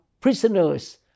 prisoners